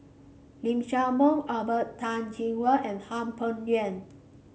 Lee Shao Meng Robert Tan Jee Keng and Hwang Peng Yuan